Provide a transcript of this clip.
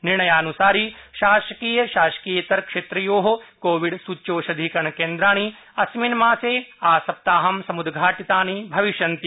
निर्णयानुसारि शासकीय शासकीयेतर क्षेत्रयो कोविड सूच्यौषधीकरण केन्द्रणि अस्मिन् मासे आसप्ताहम् उद्घाटितानि भविष्यन्ति